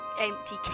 empty